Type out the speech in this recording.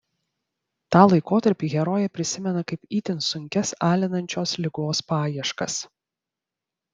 tą laikotarpį herojė prisimena kaip itin sunkias alinančios ligos paieškas